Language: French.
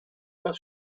pas